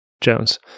Jones